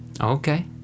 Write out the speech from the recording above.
Okay